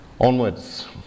Onwards